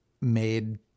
made